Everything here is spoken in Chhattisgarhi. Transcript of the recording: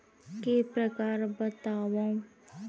के प्रकार बतावव?